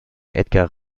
edgar